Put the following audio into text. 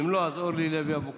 ואם לא, אז אורלי לוי אבקסיס.